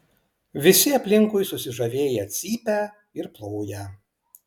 visi aplinkui susižavėję cypia ir ploja